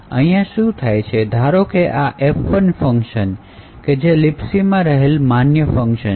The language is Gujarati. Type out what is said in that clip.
અહીંયા શું થાય છે ધારો કે આ F૧ ફંકશન એ libc માં રહેલું માન્ય ફંકશન છે